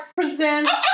presents